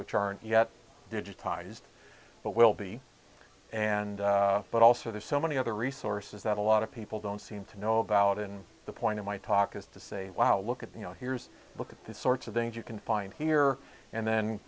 which aren't yet digitized but will be and but also there's so many other resources that a lot of people don't seem to know about and the point of my talk is to say wow look at the you know here's a look at these sorts of things you can find here and then